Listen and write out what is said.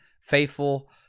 faithful